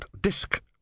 disk